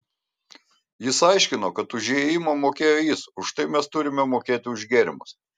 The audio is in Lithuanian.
jis aiškino kad už įėjimą mokėjo jis už tai mes turime mokėti už gėrimus